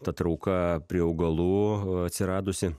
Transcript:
ta trauka prie augalų atsiradusi